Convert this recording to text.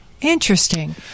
Interesting